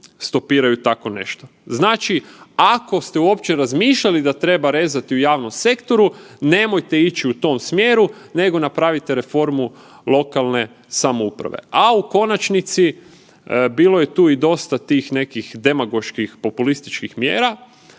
stopiraju tako nešto. Znači, ako ste uopće razmišljati da treba rezati u javnom sektoru, nemojte ići u tom smjeru nego napravite reformu lokalne samouprave. A u konačnici, bilo je tu i dosta tih nekih demagoških, populističkih mjera,